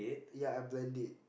ya I blend it